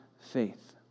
faith